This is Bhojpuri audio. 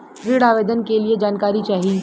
ऋण आवेदन के लिए जानकारी चाही?